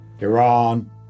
Iran